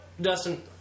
Dustin